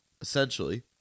Essentially